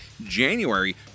January